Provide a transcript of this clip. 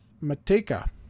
Mateka